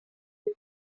est